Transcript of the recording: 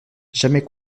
jamais